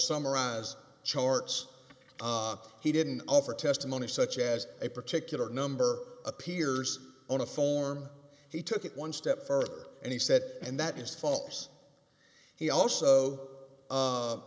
summarize charts he didn't offer testimony such as a particular number appears on a form he took it one step further and he said and that is false he also